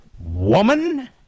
woman